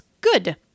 good